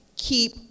keep